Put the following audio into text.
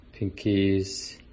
pinkies